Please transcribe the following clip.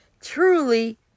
truly